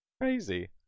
crazy